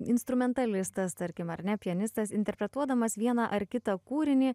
instrumentalistas tarkim ar ne pianistas interpretuodamas vieną ar kitą kūrinį